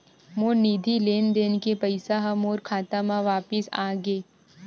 मोर निधि लेन देन के पैसा हा मोर खाता मा वापिस आ गे